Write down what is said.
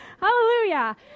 Hallelujah